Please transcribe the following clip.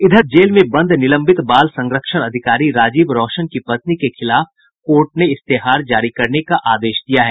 इधर जेल में बंद निलंबित बाल संरक्षण अधिकारी राजीव रौशन की पत्नी के खिलाफ कोर्ट ने इश्तेहार जारी करने का आदेश दे दिया है